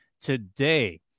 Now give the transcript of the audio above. today